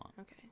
Okay